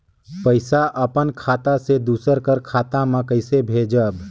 पइसा अपन खाता से दूसर कर खाता म कइसे भेजब?